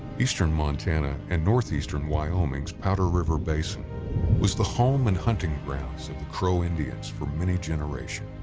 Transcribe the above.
eastern montana and northeastern wyoming's powder river basin was the home and hunting grounds of the crow indians for many generations.